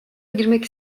girmek